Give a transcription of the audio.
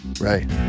right